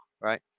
Right